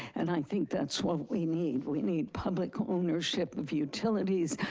and i think that's what we need. we need public ownership of utilities,